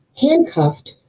handcuffed